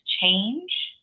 change